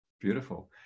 Beautiful